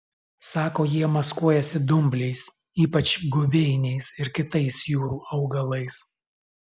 sako jie maskuojasi dumbliais ypač guveiniais ir kitais jūrų augalais